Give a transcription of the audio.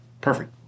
Perfect